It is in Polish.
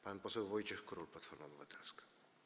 Pan poseł Wojciech Król, Platforma Obywatelska.